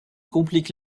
complique